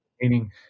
meaning